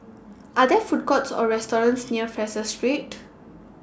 Are There Food Courts Or restaurants near Fraser Street